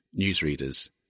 newsreaders